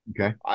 Okay